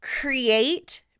create